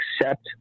accept